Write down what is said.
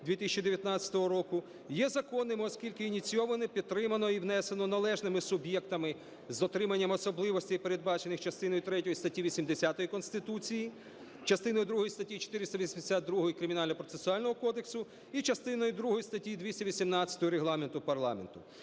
2019 року, є законними, оскільки ініційовано, підтримано і внесено належними суб'єктами з отриманням особливостей, передбачених частиною третьою статті 80 Конституції, частиною другою статті 482 Кримінально-процесуального кодексу і частиною другою статті 218 Регламенту парламенту.